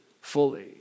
fully